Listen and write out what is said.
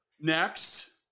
Next